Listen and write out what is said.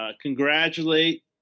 congratulate